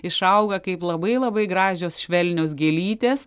išauga kaip labai labai gražios švelnios gėlytės